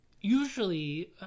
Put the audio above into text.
usually